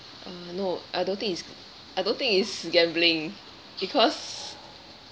no I don't think it's I don't think it's gambling because